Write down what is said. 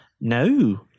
No